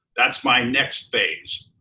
that's my next phase.